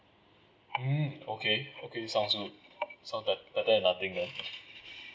mm okay okay sounds good sounds bet~ better than nothing then